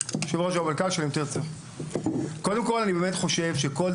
יושב ראש והמנכ"ל של 'אם תרצו',